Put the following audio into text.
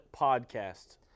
podcast